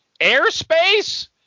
Airspace